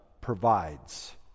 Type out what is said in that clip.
provides